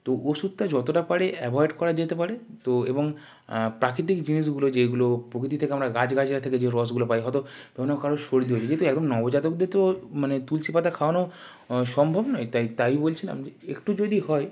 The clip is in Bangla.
তো ওষুধটা যতটা পারে অ্যাভয়েড করা যেতে পারে তো এবং প্রাকৃতিক জিনিসগুলোয় যেইগুলো প্রকৃতি থেকে আমরা গাছগাছরা থেকে যে রসগুলো পাই হয় তো কোনো কারোর শরীরে এমনিতেই এখন নবজাতকদের তো মানে তুলসি পাতা খাওয়ানো সম্ভব নয় তাই তাই বলছিলাম যে একটু যদি হয়